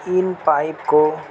ان pipe کو